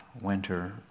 winter